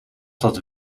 dat